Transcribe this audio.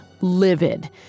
livid